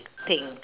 thing